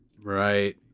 right